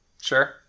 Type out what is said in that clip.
Sure